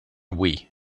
wii